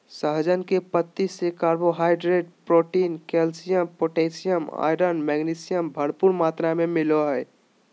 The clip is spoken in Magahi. सहजन के पत्ती से carbohydrate, protein, calcium, potassium, iron, magnesium, भरपूर मात्रा में मिलो हइ